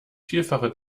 vierfache